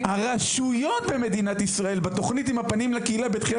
הרשויות במדינת ישראל בתכנית עם הפנים לקהילה בתחילת